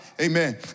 Amen